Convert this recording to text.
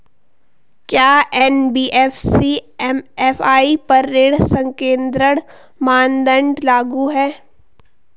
क्या NBFC MFI पर ऋण संकेन्द्रण मानदंड लागू हैं?